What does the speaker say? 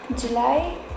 july